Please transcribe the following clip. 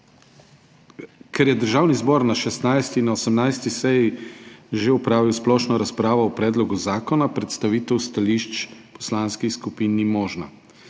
Ker je Državni zbor na 16. in na 18. seji že opravil splošno razpravo o predlogu zakona, predstavitev stališč poslanskih skupin ni možna.